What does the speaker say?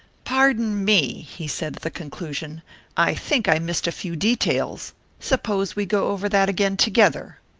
pardon me, he said, at the conclusion i think i missed a few details suppose we go over that again together.